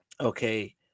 okay